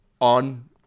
on